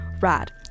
RAD